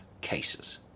cases